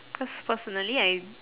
cause personally I